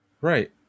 Right